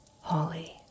Holly